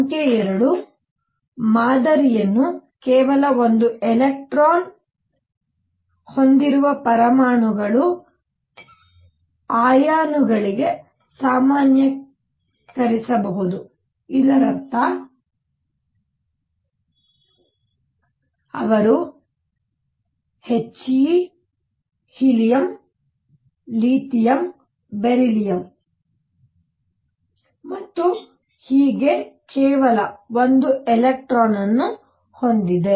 ಸಂಖ್ಯೆ 2 ಮಾದರಿಯನ್ನು ಕೇವಲ ಒಂದು ಎಲೆಕ್ಟ್ರಾನ್ ಹೊಂದಿರುವ ಪರಮಾಣುಗಳ ಅಯಾನುಗಳಿಗೆ ಸಾಮಾನ್ಯೀಕರಿಸಬಹುದು ಇದರರ್ಥ ಅವನು He Li Be ಮತ್ತು ಹೀಗೆ ಕೇವಲ ಒಂದು ಎಲೆಕ್ಟ್ರಾನ್ ಅನ್ನು ಹೊಂದಿದೆ